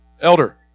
elder